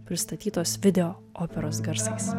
pristatytos videooperos garsais